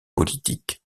politiques